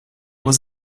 was